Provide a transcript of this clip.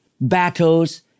battles